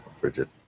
Bridget